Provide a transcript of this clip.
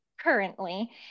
currently